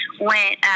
went